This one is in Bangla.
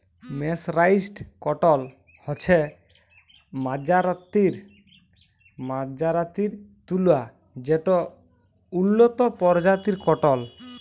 মের্সরাইসড কটল হছে মাজ্জারিত তুলা যেট উল্লত পরজাতির কটল